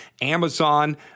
Amazon